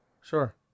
Sure